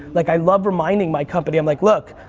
like i love reminding my company, i'm like, look,